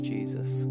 Jesus